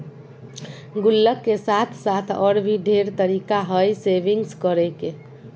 गुल्लक के साथ साथ और भी ढेर तरीका हइ सेविंग्स करे के